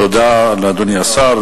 תודה לאדוני השר.